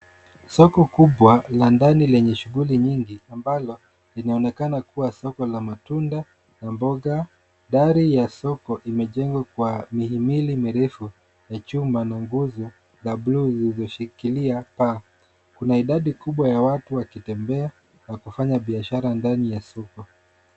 Soko kubwa la ndani lenye shughuli nyingi, linaloonekana kuwa soko la matunda na mboga. Dari ya soko imejengwa kwa mihimili na mirija ya chuma, na nguzo kubwa zinazoshikilia paa. Kuna idadi kubwa ya watu wakitembea na kufanya biashara ndani ya soko.